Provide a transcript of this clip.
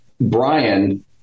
Brian